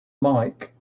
mike